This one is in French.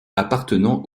appartenant